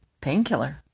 painkiller